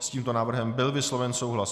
S tímto návrhem byl vysloven souhlas.